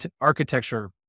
architecture